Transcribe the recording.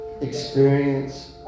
experience